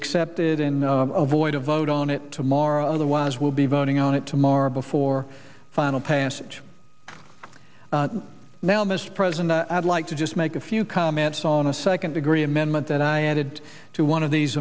accepted in a void a vote on it tomorrow otherwise will be voting on it tomorrow before final passage now mr president i'd like to just make a few comments on a second degree amendment that i added to one of these